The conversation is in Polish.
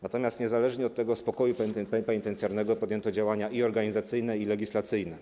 Natomiast niezależnie od tego spokoju penitencjarnego podjęto działania i organizacyjne, i legislacyjne.